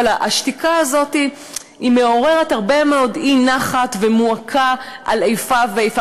והשתיקה הזאת מעוררת הרבה מאוד אי-נחת ומועקה על איפה ואיפה.